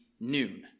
noon